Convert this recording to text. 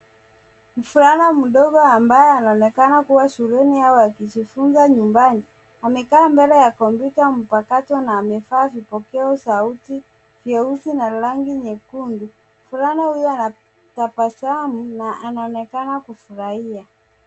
Mvulana mdogo ambaye anaonekana kuwa shuleni au akijifunza nyumbani. Amekaa mbele ya kompyuta mpakato na amevaa vipokea sauti vya rangi nyekundu. Mvulana huyo anatabasamu na anaonekana kufurahia.